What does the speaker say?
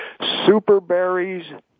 SuperBerries